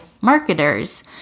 marketers